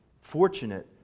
fortunate